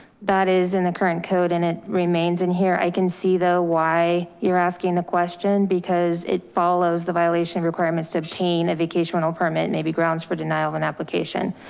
that is in the current code and it remains in here. i can see the why you're asking the question because it follows the violation requirements to obtain a vacation rental permit may be grounds for denial of an application.